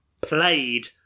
played